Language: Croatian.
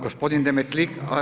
Gospodin Demetlik.